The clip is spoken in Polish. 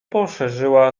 poszerzyła